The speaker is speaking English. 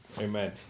Amen